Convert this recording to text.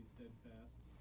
Steadfast